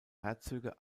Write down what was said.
herzöge